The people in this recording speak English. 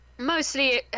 Mostly